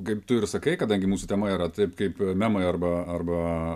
kaip tu ir sakai kadangi mūsų tema yra taip kaip memai arba arba